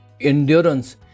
endurance